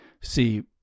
See